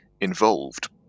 involved